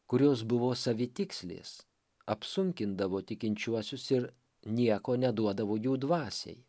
kurios buvo savitikslės apsunkindavo tikinčiuosius ir nieko neduodavo jų dvasiai